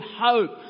hope